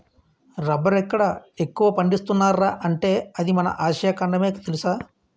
రబ్బరెక్కడ ఎక్కువ పండిస్తున్నార్రా అంటే అది మన ఆసియా ఖండమే తెలుసా?